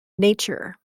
nature